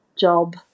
job